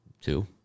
two